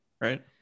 Right